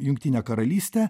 jungtinę karalystę